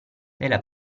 della